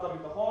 בתוך ההחלטה.